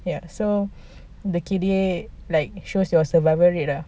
ya so the K_D_A like shows your survival rate lah